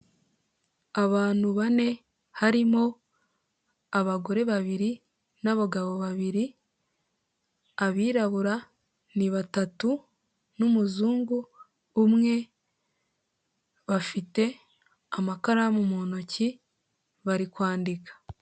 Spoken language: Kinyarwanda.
Abantu bane harimo abagore babiri n'abagabo babiri, abirabura ni batatu n'umuzungu umwe bafite amakaramu mu ntoki bari kwandika.